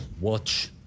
watch